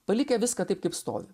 palikę viską taip kaip stovi